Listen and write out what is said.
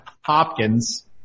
Hopkins